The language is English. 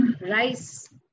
Rice